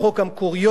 זבולון אורלב,